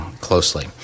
closely